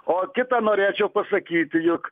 o kita norėčiau pasakyti juk